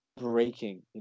breaking